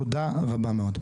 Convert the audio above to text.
תודה רבה מאוד.